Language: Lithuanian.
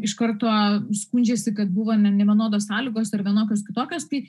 iš karto skundžiasi kad buvo ne nevienodos sąlygos ar vienokios kitokios tai